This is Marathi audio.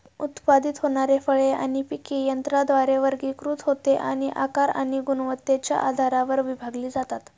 उत्पादित होणारी फळे आणि पिके यंत्राद्वारे वर्गीकृत होते आणि आकार आणि गुणवत्तेच्या आधारावर विभागली जातात